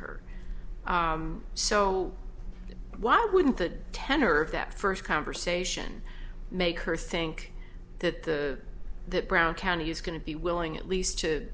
her so why wouldn't the tenor of that first conversation make her think that the that brown county is going to be willing at least to